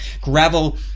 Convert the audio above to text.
gravel